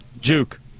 Juke